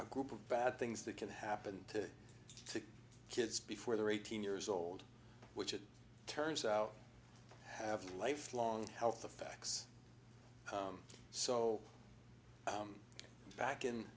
a group of bad things that can happen to kids before the eighteen years old which it turns out have lifelong health effects so i'm back in